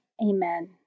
Amen